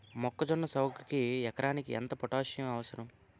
మొక్కజొన్న సాగుకు ఎకరానికి ఎంత పోటాస్సియం అవసరం?